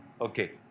Okay